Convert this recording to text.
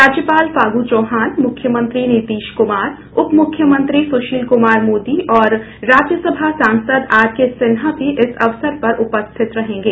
राज्यपाल फागु चौहान मुख्यमंत्री नीतीश कुमार उप मुख्यमंत्री सुशील कुमार मोदी और राज्यसमा सांसद आर के सिन्हा भी इस अवसर पर उपस्थित रहेंगे